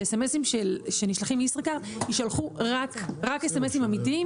ש-S.M.S-ים שנשלחים מישראכרט ישלחו רק S.M.S-ים אמיתיים,